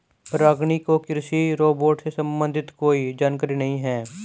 रागिनी को कृषि रोबोट से संबंधित कोई जानकारी नहीं है